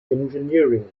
engineering